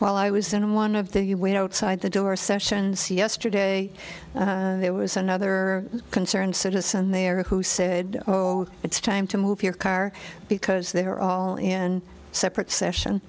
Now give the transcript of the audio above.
while i was in one of the you went outside the door sessions yesterday there was another concerned citizen there who said oh it's time to move your car because they are all in separate session